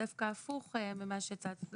דווקא הפוך ממה שהצעת.